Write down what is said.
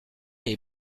est